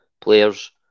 players